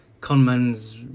conman's